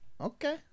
Okay